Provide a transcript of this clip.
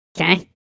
Okay